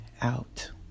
out